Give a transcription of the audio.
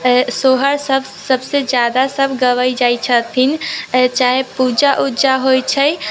सोहर सब सबसे जादा सब गबै जाय छथिन चाहे पूजा उजा होइ छै तऽ